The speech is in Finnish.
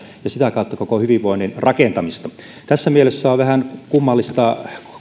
ja sitä kautta koko hyvinvoinnin rakentamista tässä mielessä on vähän kummallista